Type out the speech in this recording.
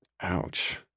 Ouch